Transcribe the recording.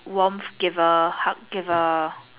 warm giver hug giver